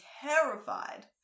terrified